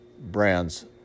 brands